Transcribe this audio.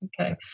okay